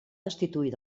destituir